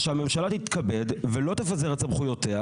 אז שהממשלה תתכבד ולא תפזר את סמכויותיה,